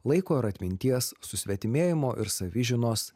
laiko ir atminties susvetimėjimo ir savižinos